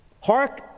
Hark